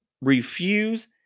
Refuse